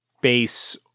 base